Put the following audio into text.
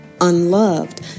unloved